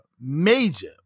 major